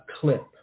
clip